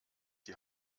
die